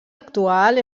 actual